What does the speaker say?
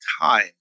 time